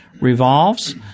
revolves